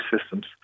systems